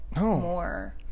more